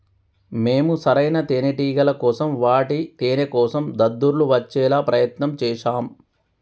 మేము సరైన తేనేటిగల కోసం వాటి తేనేకోసం దద్దుర్లు వచ్చేలా ప్రయత్నం చేశాం